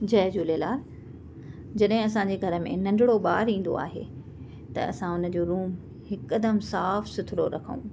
जय झूलेलाल जॾहिं असांजे घर में नंढड़ो ॿारु ईंदो आहे त असां हुन जो रुम हिकदमि साफ़ु सुथिरो रखूं